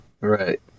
right